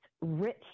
rich